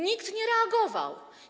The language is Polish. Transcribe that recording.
Nikt nie reagował.